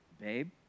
babe